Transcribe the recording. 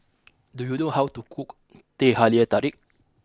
do you know how to cook Teh Halia Tarik